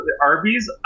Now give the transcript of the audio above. Arby's